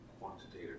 quantitative